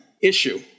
issue